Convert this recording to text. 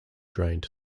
drained